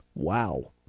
Wow